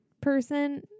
person